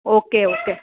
okay okay